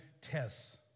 tests